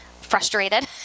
frustrated